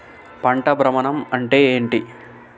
పంట భ్రమణం అంటే ఏంటి?